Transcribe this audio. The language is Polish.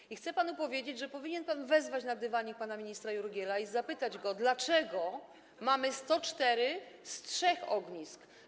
I chcę panu powiedzieć, że powinien pan wezwać na dywanik pana ministra Jurgiela i zapytać go, dlaczego mamy 104 zamiast trzech ognisk.